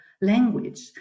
language